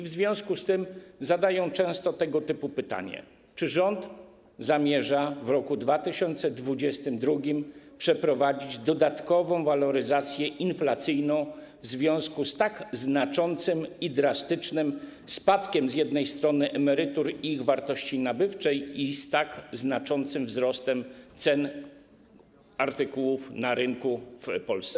W związku z tym zadają oni często tego typu pytanie: Czy rząd zamierza w roku 2022 przeprowadzić dodatkową waloryzację inflacyjną w związku z tak znaczącym i drastycznym spadkiem wysokości emerytur i ich wartości nabywczej oraz tak znaczącym wzrostem cen artykułów na rynku w Polsce?